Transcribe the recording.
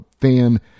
fan